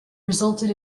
resulted